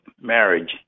marriage